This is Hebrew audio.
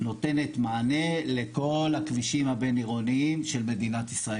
נותנת מענה לכל הכבישים הבין עירוניים של מדינת ישראל.